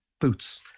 boots